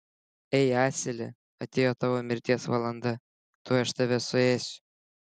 ei asile atėjo tavo mirties valanda tuoj aš tave suėsiu